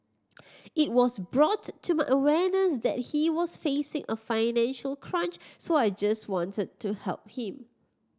it was brought to my awareness that he was facing a financial crunch so I just wanted to help him